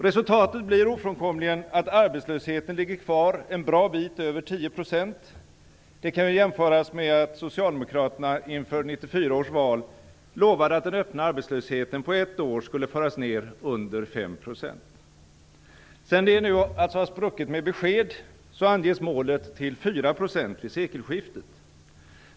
Resultatet blir ofrånkomligen att arbetslösheten ligger kvar en bra bit över 10 %. Det kan jämföras med att Socialdemokraterna inför 1994 års val lovade att den öppna arbetslösheten på ett år skulle föras ned under 5 %. Sedan detta nu spruckit med besked, anges målet till 4 % vid sekelskiftet.